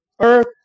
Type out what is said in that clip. Earth